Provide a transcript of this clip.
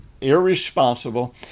irresponsible